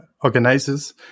organizers